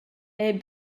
era